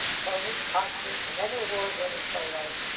tony, oscar and emmy-award-winning playwright,